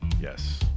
Yes